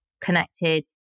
connected